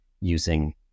using